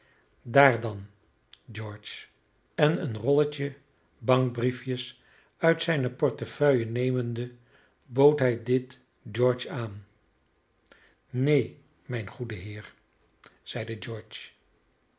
daar dan george en een rolletje bankbriefjes uit zijne portefeuille nemende bood hij dit george aan neen mijn goede heer zeide george